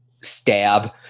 stab